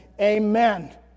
Amen